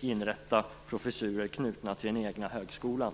inrätta professurer knutna till den egna högskolan.